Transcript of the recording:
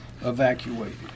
evacuated